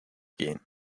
gehen